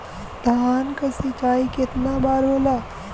धान क सिंचाई कितना बार होला?